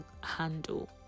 handle